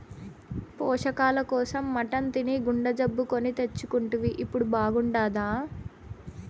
పోషకాల కోసం మటన్ తిని గుండె జబ్బు కొని తెచ్చుకుంటివి ఇప్పుడు బాగుండాదా